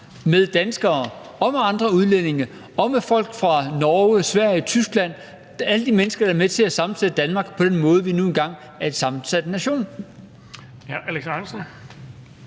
med danskere og med andre udlændinge – folk fra Norge, Sverige, Tyskland, alle de mennesker, der er med til at sammensætte Danmark på den måde, vi nu er engang er en sammensat nation